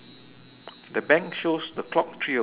the bank shows the clock three o'clock ah